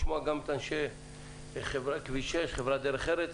לשמוע גם את אנשי חברת דרך ארץ,